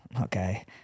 Okay